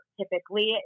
typically